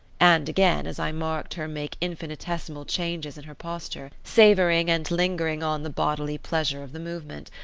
and again, as i marked her make infinitesimal changes in her posture, savouring and lingering on the bodily pleasure of the movement,